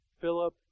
Philip